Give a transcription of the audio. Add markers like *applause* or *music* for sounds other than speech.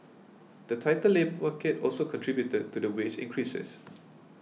the tighter *unintelligible* market also contributed to the wage increases